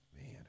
Man